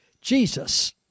Jesus